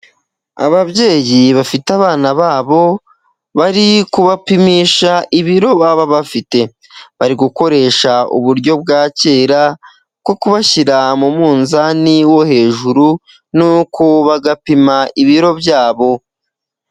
Ababyeyi bafite abana babo, bari kubapimisha ibiro baba bafite, bari gukoresha uburyo bwa kera bwo kubashyira mu munzani wo hejuru, nuko bagapima ibiro byabo.